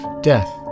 death